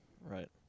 Right